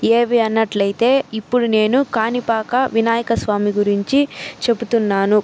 ఏవి అన్నట్లయితే ఇప్పుడు నేను కాణిపాక వినాయకస్వామి గురించి చెపుతున్నాను